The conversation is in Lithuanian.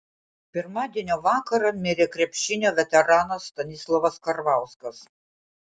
pirmadienio vakarą mirė krepšinio veteranas stanislovas karvauskas